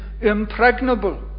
impregnable